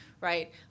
right